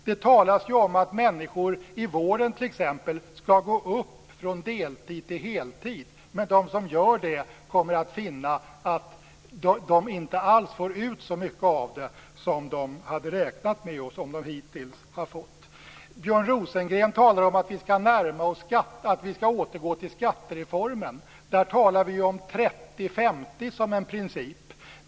Det talas t.ex. om att människor i vården skall gå upp från deltids till heltidstjänster. Men de som gör det kommer att finna att de inte alls får ut så mycket som de räknar med och som de hittills har fått ut. Björn Rosengren talar om att man skall återgå till skattereformen. Där talas det om 30-50 som en princip.